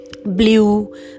blue